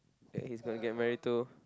he's going to get married to